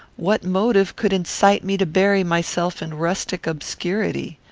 what motive could incite me to bury myself in rustic obscurity?